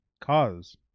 Cause